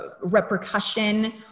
repercussion